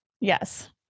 Yes